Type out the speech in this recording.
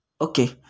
Okay